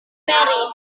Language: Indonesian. mary